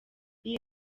iyi